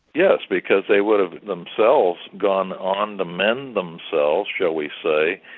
yes, because they would have themselves gone on to mend themselves, shall we say.